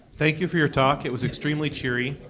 thank you for your talk. it was extremely cheery.